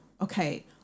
okay